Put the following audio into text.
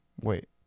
Wait